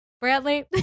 Bradley